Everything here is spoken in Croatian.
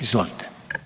Izvolite.